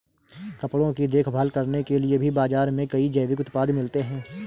कपड़ों की देखभाल करने के लिए भी बाज़ार में कई जैविक उत्पाद मिलते हैं